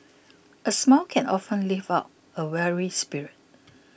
a smile can often lift up a weary spirit